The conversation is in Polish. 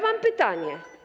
Mam pytanie.